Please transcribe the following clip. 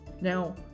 Now